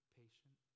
patient